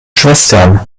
schwestern